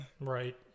Right